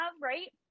Right